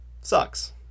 sucks